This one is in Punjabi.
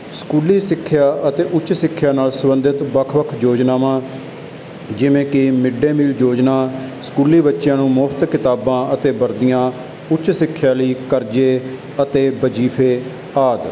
ਸਕੂਲੀ ਸਿੱਖਿਆ ਅਤੇ ਉੱਚ ਸਿੱਖਿਆ ਨਾਲ ਸੰਬੰਧਿਤ ਵੱਖ ਵੱਖ ਯੋਜਨਾਵਾਂ ਜਿਵੇਂ ਕਿ ਮਿਡ ਡੇ ਮੀਲ ਯੋਜਨਾ ਸਕੂਲੀ ਬੱਚਿਆਂ ਨੂੰ ਮੁਫ਼ਤ ਕਿਤਾਬਾਂ ਅਤੇ ਵਰਦੀਆਂ ਉੱਚ ਸਿੱਖਿਆ ਲਈ ਕਰਜ਼ੇ ਅਤੇ ਵਜ਼ੀਫੇ ਆਦਿ